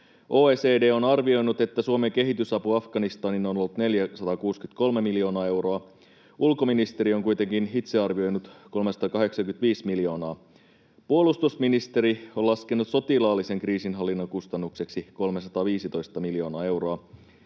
OECD on arvioinut, että Suomen kehitysapu Afganistaniin on ollut 463 miljoonaa euroa. Ulkoministeri on kuitenkin itse arvioinut summaksi 385 miljoonaa. Puolustusministeri on laskenut sotilaallisen kriisinhallinnan kustannukseksi 315 miljoonaa euroa,